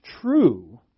true